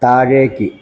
താഴേക്ക്